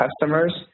customers